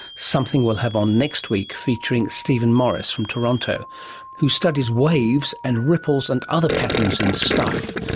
something we'll have on next week, featuring stephen morris from toronto who studies waves and ripples and other patterns in stuff.